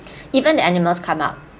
even the animals come up